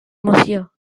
emoció